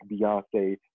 Beyonce